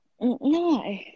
No